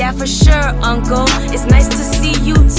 yeah for sure, uncle. it's nice to see you,